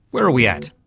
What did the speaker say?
where are we at?